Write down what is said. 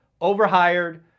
Overhired